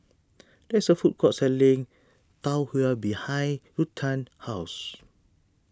there is a food court selling Tau Huay behind Ruthann's house